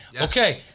Okay